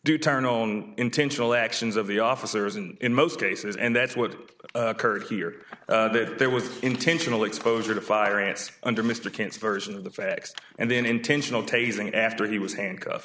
do turn on intentional actions of the officers and in most cases and that's what occurred here that there was intentional exposure to fire ants under mr kant's version of the facts and then intentional tasing after he was handcuff